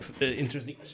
interesting